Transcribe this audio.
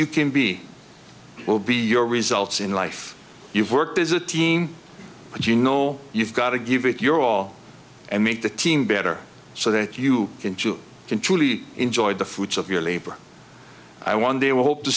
you can be will be your results in life you've worked as a team but you know you've got to give it your all and make the team better so that you can truly enjoy the fruits of your labor i one day will hope to